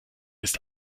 ist